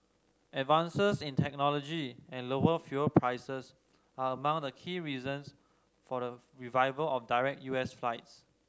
advances in technology and lower fuel prices are among the key reasons for the revival of direct U S flights